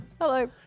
Hello